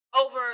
over